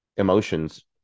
Emotions